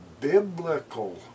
biblical